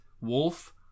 wolf